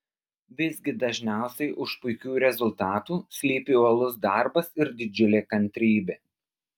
visgi dažniausiai už puikių rezultatų slypi uolus darbas ir didžiulė kantrybė